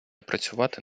працювати